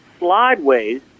slideways